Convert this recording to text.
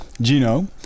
Gino